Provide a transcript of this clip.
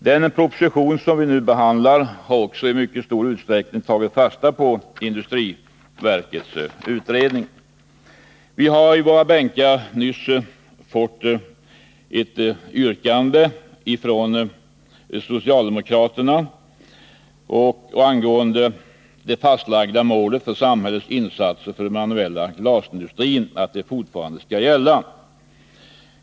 Den proposition som vi nu behandlar har också i mycket stor utsträckning tagit fasta på industriverkets utredning. Vi har i våra bänkar nyss fått ett yrkande från socialdemokraterna att det fastlagda målet för samhällets insatser för den manuella glasindustrin fortfarande skall gälla.